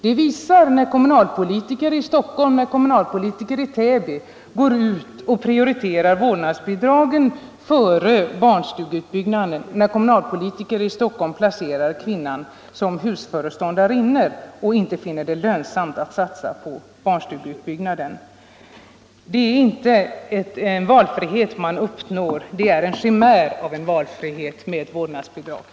Det visas när borgerliga kommunalpolitiker i Stockholm uttalar sig och i Täby prioriterar vårdnadsbidragen före barnstugeutbyggnaden, när kommunalpolitiker i Stockholm ger kvinnorna rollen som husföreståndarinnor och inte finner det lönsamt att satsa på barnstugeutbyggnaden. Det är inte en valfrihet man uppnår med vårdnadsbidrag, det är en chimär av en valfrihet.